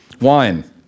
wine